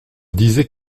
disait